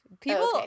People